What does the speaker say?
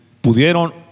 pudieron